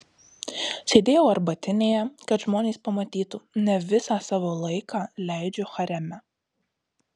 sėdėjau arbatinėje kad žmonės pamatytų ne visą savo laiką leidžiu hareme